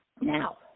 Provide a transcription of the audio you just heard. now